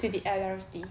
to the L_R_T